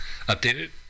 updated